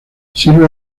sirve